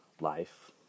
life